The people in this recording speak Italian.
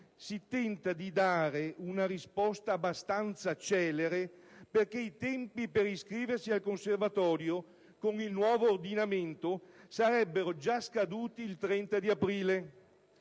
si tenta di dare una risposta abbastanza celere perché i tempi per iscriversi al conservatorio con il nuovo ordinamento sarebbero già scaduti il 30 aprile.